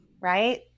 Right